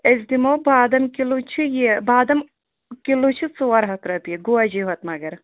أسۍ دِمو بادام کِلوٗ چھِ یہِ بادام کِلوٗ چھِ ژور ہَتھ رۄپیہِ گوجٕے یوٚتھ مگر